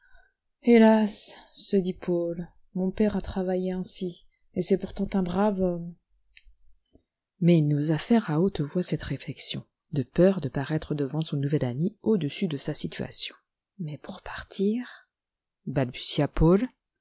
hélas se dit paul mon père a travaillé ainsi et c'est pourtant un brave homme mais il n'osa faire à haute voix cette réflexion de peur de paraître devant son nouvel ami au-dessous de sa situation mais pour partir